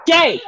Gay